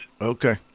Okay